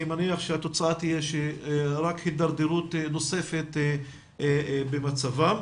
ואני מניח שהתוצאה תהיה רק הידרדרות נוספת במצבם.